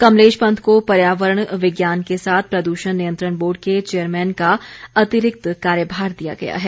कमलेश पंत को पर्यावरण विज्ञान के साथ प्रद्षण नियंत्रण बोर्ड के चेयरमैन का अतिरिक्त कार्यभार दिया है